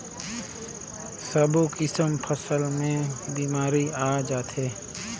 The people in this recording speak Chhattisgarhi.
सब्बो किसम फसल मे बेमारी आ जाथे